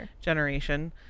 generation